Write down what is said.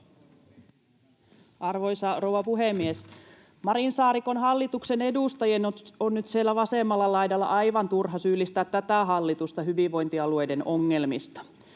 Arvoisa rouva puhemies! Marinin—Saarikon hallituksen edustajien on nyt siellä vasemmalla laidalla aivan turha syyllistää tätä hallitusta hyvinvointialueiden ongelmista.